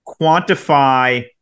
quantify